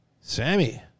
Sammy